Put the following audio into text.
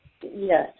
yes